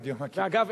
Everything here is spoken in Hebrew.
ואגב,